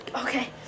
Okay